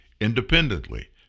independently